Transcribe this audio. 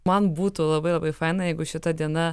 man būtų labai labai faina jeigu šita diena